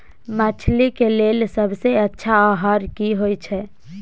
मछली के लेल सबसे अच्छा आहार की होय छै?